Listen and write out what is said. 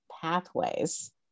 pathways